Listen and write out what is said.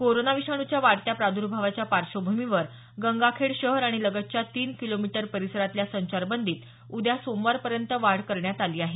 corona विषाणूच्या वाढत्या प्रादर्भावाच्या पार्श्वभूमीवर गंगाखेड शहर आणि लगतच्या तीन किलोमीटर परिसरातल्या संचारबंदीत उद्या सोमवारपर्यंत वाढ करण्यात आली आहे